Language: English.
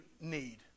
need